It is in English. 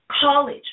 college